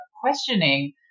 questioning